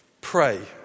Pray